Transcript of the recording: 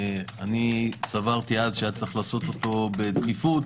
אני סברתי אז שצריך היה לעשות אותו בדחיפות.